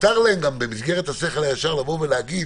מותר להם במסגרת השכל הישר, להגיד